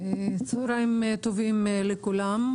צהרים טובים לכולם.